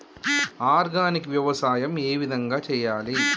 Organic వ్యవసాయం ఏ విధంగా చేయాలి?